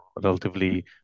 relatively